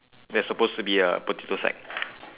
there's supposed to be a potato sack